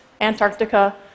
Antarctica